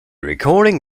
recording